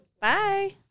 Bye